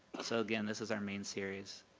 so again, this is our main series.